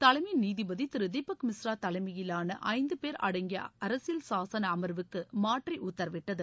தலைமைநீதிபதிதீபக் மிஸ்ரா தலைமையிலானஐந்தபேர் அடங்கியஅரசியல் சாசனஅமர்வுக்குமாற்றிஉத்தரவிட்டது